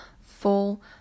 full